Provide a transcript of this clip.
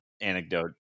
anecdote